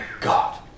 God